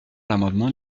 l’amendement